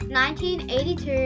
1982